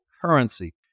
currency